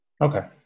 Okay